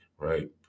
right